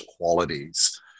qualities